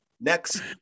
next